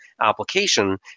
application